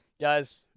Guys